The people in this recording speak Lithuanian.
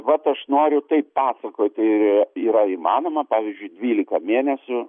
vat aš noriu taip pasakoti yra įmanoma pavyzdžiui dvyliką mėnesių